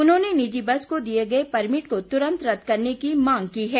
उन्होंने निजी बस को दिए गए परमिट को तुरंत रद्द करने की मांग की है